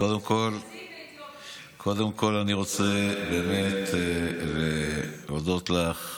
קודם כול אני רוצה להודות לך,